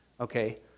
Okay